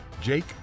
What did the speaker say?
Jake